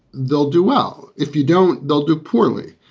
they'll do well if you don't, they'll do poorly.